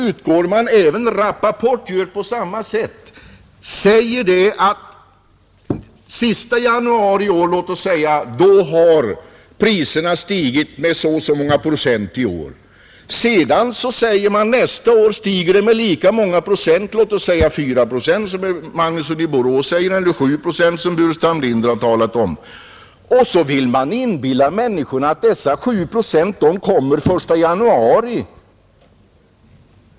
Rappaport gör på samma sätt och säger att den sista januari i år har priserna stigit med så och så många procent. Sedan säger man: Nästa år stiger priserna med lika många procent — låt oss säga 4 procent som herr Magnusson i Borås säger eller 7 procent som herr Burenstam Linder har talat om. Och så vill man inbilla människorna att dessa 7 procent kommer den 1 januari!